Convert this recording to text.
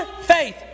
faith